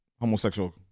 homosexual